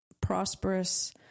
prosperous